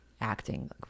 acting